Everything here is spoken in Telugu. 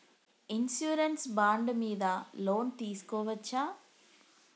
ఇన్సూరెన్స్ బాండ్ మీద లోన్ తీస్కొవచ్చా?